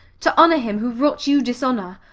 to honour him who wrought you dishonour,